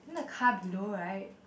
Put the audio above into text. then the car below right